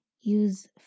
use